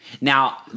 Now